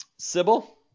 Sybil